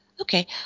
okay